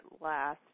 last